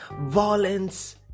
Violence